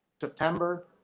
September